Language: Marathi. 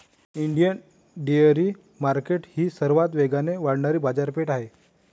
इंडियन डेअरी मार्केट ही सर्वात वेगाने वाढणारी बाजारपेठ आहे